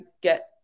get